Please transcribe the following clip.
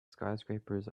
skyscrapers